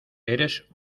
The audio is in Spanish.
eres